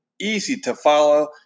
easy-to-follow